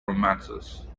romances